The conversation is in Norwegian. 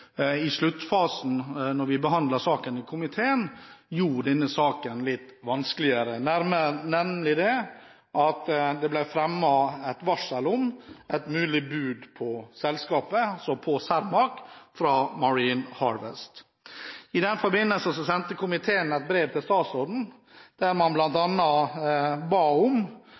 i sluttfasen, da vi behandlet saken i komiteen, gjorde denne saken litt vanskeligere, nemlig at det ble fremmet et varsel om et mulig bud på selskapet Cermaq fra Marine Harvest. I den forbindelse sendte komiteen et brev til statsråden, der man bl.a. ba om